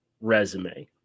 resume